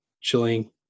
chilling